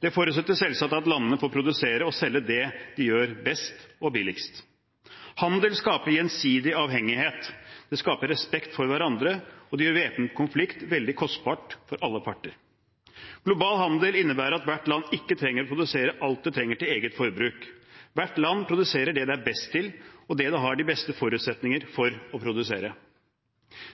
Det forutsetter selvsagt at landene får produsere og selge det de gjør best og billigst. Handel skaper gjensidig avhengighet, det skaper respekt for hverandre og det gjør væpnet konflikt veldig kostbart for alle parter. Global handel innebærer at hvert land ikke trenger å produsere alt det trenger til eget forbruk. Hvert land produserer det det er best til, og det det har de beste forutsetninger for å produsere.